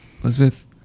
Elizabeth